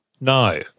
No